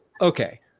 okay